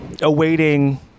awaiting